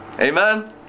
Amen